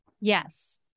Yes